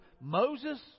Moses